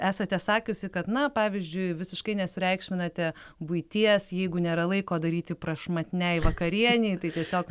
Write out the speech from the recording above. esate sakiusi kad na pavyzdžiui visiškai nesureikšminate buities jeigu nėra laiko daryti prašmatniai vakarienei tai tiesiog